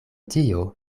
tio